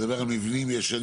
אתה מדבר על מבנים ישנים.